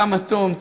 כמה תום,